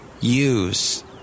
use